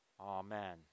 Amen